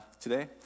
today